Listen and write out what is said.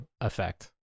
effect